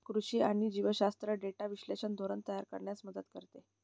कृषी आणि जीवशास्त्र डेटा विश्लेषण धोरण तयार करण्यास मदत करते